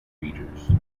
readers